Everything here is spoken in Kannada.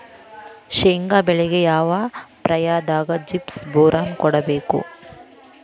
ಶೇಂಗಾ ಬೆಳೆಗೆ ಯಾವ ಪ್ರಾಯದಾಗ ಜಿಪ್ಸಂ ಬೋರಾನ್ ಕೊಡಬೇಕು?